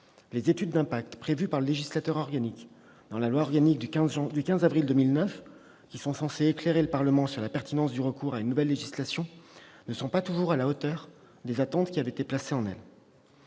les études d'impact prévues par le législateur organique dans la loi organique du 15 avril 2009, qui sont censées éclairer le Parlement sur la pertinence du recours à une nouvelle législation, ne sont pas toujours à la hauteur des attentes qui avaient été placées en elles.